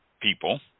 people